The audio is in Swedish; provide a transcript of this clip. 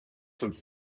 tog